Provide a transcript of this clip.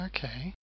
Okay